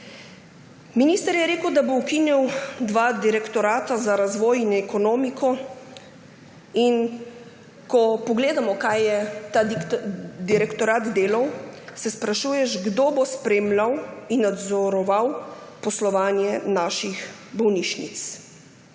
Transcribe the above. Minister je rekel, da bo ukinil dva direktorata, za razvoj in ekonomiko, in ko pogledamo, kaj je ta direktorat delal, se sprašuješ, kdo bo spremljal in nadzoroval poslovanje naših bolnišnic.